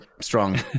strong